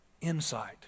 insight